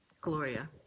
Gloria